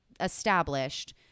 established